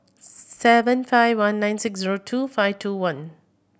seven five one nine six zero two five two one